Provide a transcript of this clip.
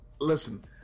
Listen